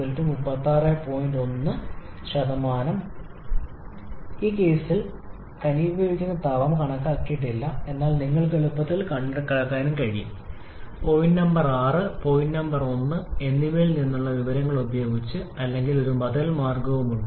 1 ഈ കേസിൽ ഞങ്ങൾ ഘനീഭവിക്കുന്ന താപം കണക്കാക്കിയിട്ടില്ല എന്നാൽ നിങ്ങൾക്ക് എളുപ്പത്തിൽ കണക്കാക്കാനും കഴിയും പോയിന്റ് 6 പോയിന്റ് 1 എന്നിവയിൽ നിന്നുള്ള വിവരങ്ങൾ ഉപയോഗിച്ച് അല്ലെങ്കിൽ ഒരു ബദൽ മാർഗവുമുണ്ട്